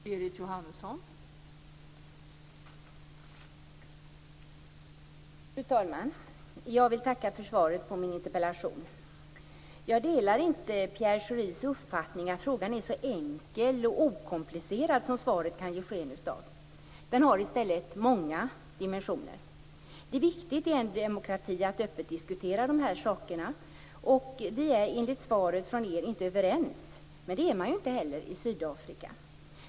Fru talman! Jag vill tacka för svaret på min interpellation. Jag delar inte uppfattningen att frågan är så enkel och okomplicerad som Pierre Schoris svar kan ge sken av. Den har i stället många dimensioner. Det är i en demokrati viktigt att öppet diskutera de här sakerna, och det framgår av svaret att vi inte är överens. Det är man inte heller i Sydafrika.